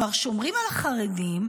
כלומר שומרים על החרדים,